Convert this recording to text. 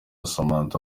samantha